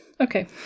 Okay